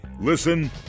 Listen